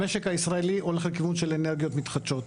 (הצגת מצגת) המשק הישראלי הולך לכיוון של אנרגיות מתחדשות,